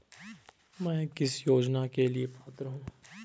मैं किस योजना के लिए पात्र हूँ?